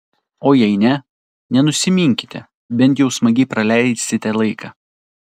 o jei ne nenusiminkite bent jau smagiai praleisite laiką